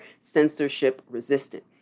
censorship-resistant